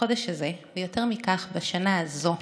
בחודש הזה, ויותר מכך בשנה הזאת,